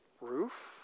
Roof